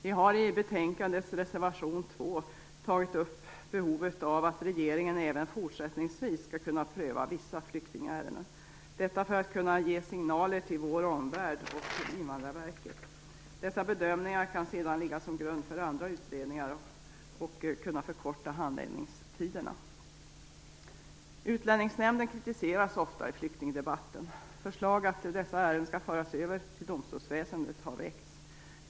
Vi har i betänkandets reservation 2 tagit upp behovet av att regeringen även fortsättningsvis skall kunna pröva vissa flyktingärenden. Detta för att kunna ge signaler till vår omvärld och till Invandrarverket. Dessa bedömningar kan sedan ligga som grund för andra utredningar och kan förkorta handläggningstiderna. Utlänningsnämnden kritiseras ofta i flyktingdebatten. Förslag att dessa ärenden skall föras över till domstolsväsendet har väckts.